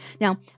Now